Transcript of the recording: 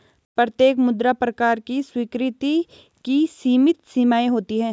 प्रत्येक मुद्रा प्रकार की स्वीकृति की सीमित सीमाएँ होती हैं